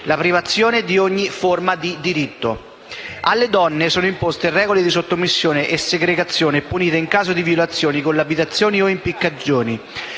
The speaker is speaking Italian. la privazione di ogni forma di diritto: alle donne sono imposte regole di sottomissione e segregazione; vengono punite in caso di violazioni con lapidazioni o impiccagioni.